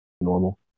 normal